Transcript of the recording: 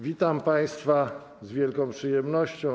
Witam państwa z wielką przyjemnością.